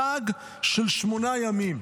חג של שמונה ימים.